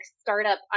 startup